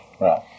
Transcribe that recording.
Right